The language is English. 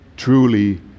Truly